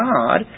God